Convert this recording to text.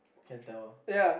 can tell ah